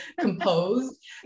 composed